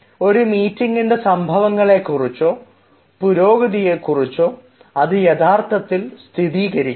ഒരു മീറ്റിംഗിൻറെ സംഭവങ്ങളെക്കുറിച്ചോ പുരോഗതിയെകുറിച്ചോ ഇത് യഥാർത്ഥത്തിൽ സ്ഥിരീകരിക്കുന്നു